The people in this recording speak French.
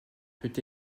peut